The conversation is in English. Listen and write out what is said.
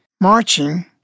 marching